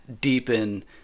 deepen